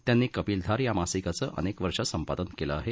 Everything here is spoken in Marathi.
त्यांनी कपिलधार या मासिकाचं अनेक वर्ष संपादन केलं आहे